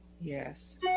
yes